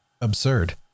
absurd